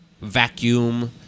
vacuum